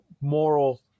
moral